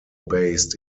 based